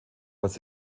als